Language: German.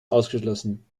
ausgeschlossen